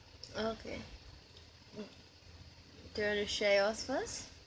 okay do you want to share yours first